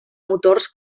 motors